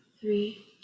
three